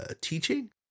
teaching